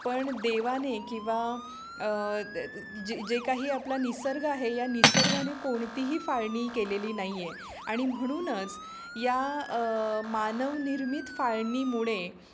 पण देवाने किंवा जे जे काही आपला निसर्ग आहे या निसर्गाने कोणतीही फाळणी केलेली नाही आहे आणि म्हणूनच या मानवनिर्मित फाळणीमुळे